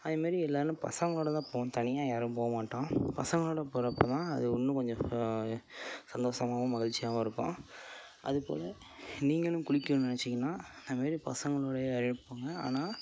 அதே மாரி எல்லாரும் பசங்களோட தான் போவோம் தனியாக யாரும் போக மாட்டோம் பசங்களோட போகிறப்ப தான் அது இன்னும் கொஞ்சம் ஓ சந்தோசமாகவும் மகிழ்ச்சியாகவும் இருக்கும் அதுப்போல் நீங்களும் குளிக்கணுன்னு நினச்சிங்கனா அது மாரி பசங்களோடையே போங்க ஆனால்